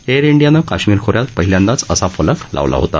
air डियानं काश्मिर खो यात पहिल्यांदाच असा फलक लावला होता